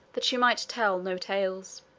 that she might tell no tales.